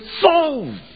solve